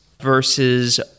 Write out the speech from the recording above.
versus